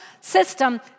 system